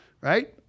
right